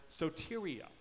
soteria